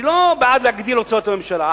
אני לא בעד הגדלת הוצאות הממשלה.